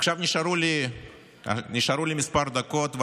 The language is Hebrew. עכשיו נשארו לי כמה דקות,